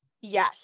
Yes